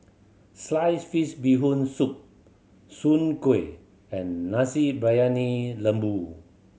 sliced fish Bee Hoon Soup Soon Kueh and Nasi Briyani Lembu